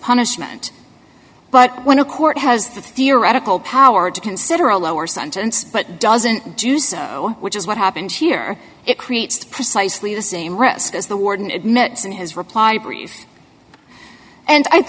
punishment but when a court has the theoretical power to consider a lower sentence but doesn't do so which is what happened here it creates precisely the same risk as the warden admits in his reply brief and i'd